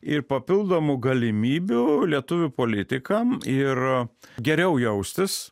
ir papildomų galimybių lietuvių politikam ir geriau jaustis